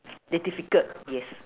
very difficult yes